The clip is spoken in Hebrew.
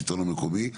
השלטון המקומי,